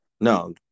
No